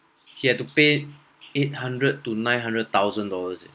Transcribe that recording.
he had to pay eight hundred to nine hundred thousand dollars eh